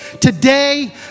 today